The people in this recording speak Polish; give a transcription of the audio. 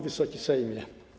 Wysoki Sejmie!